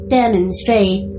demonstrate